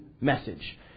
message